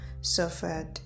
suffered